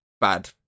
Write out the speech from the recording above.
bad